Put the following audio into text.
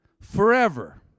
forever